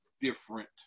different